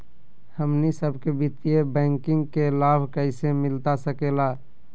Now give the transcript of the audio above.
हमनी सबके वित्तीय बैंकिंग के लाभ कैसे मिलता सके ला?